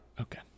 Okay